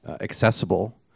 accessible